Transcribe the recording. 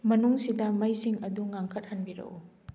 ꯃꯅꯨꯡꯁꯤꯗ ꯃꯩꯁꯤꯡ ꯑꯗꯨ ꯉꯥꯟꯈꯠꯍꯟꯕꯤꯔꯛꯎ